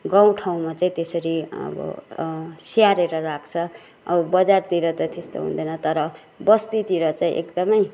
गाउँ ठाउँमा चाहिँ त्यसरी अब स्याहारेर राख्छ अब बजारतिर त त्यस्तो हुँदैन तर बस्तीतिर चाहिँ एकदमै